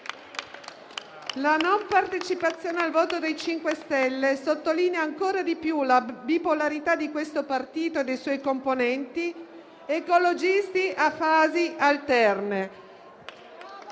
La non partecipazione al voto dei 5 Stelle sottolinea ancora di più la bipolarità di questo partito e dei suoi componenti, ecologisti a fasi alterne